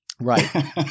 Right